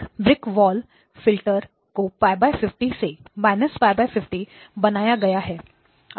एक brick wall filter को π 50 से π 50 बनाया गया है